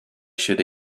should